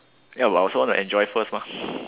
ya but I also wanna enjoy first mah